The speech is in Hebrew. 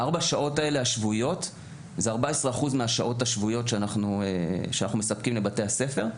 ארבע השעות השבועיות זה 14% מהשעות השבועיות שאנחנו מספקים לבתי הספר.